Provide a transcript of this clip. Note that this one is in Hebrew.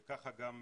וככה גם נפקח.